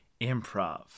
improv